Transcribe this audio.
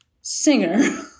singer